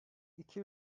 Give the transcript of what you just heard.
iki